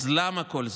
אז למה כל זה?